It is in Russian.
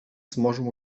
сможем